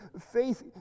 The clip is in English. faith